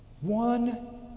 one